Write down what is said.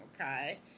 okay